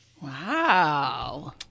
Wow